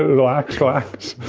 ah relax. relax